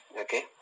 Okay